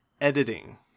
editing